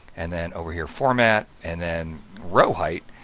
and then over here format, and then row height.